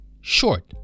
short